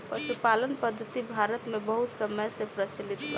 पशुपालन पद्धति भारत मे बहुत समय से प्रचलित बा